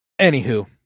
anywho